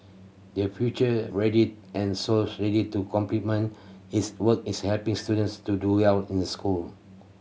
there future ready and souls ready to complement its work is helping students to do well in the school